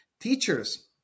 teachers